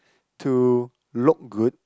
to look good